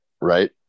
Right